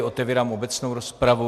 Otevírám obecnou rozpravu.